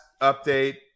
update